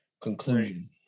conclusion